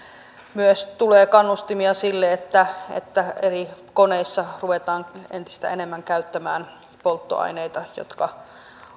myös tulee kannustimia sille että että eri koneissa ruvetaan entistä enemmän käyttämään polttoaineita jotka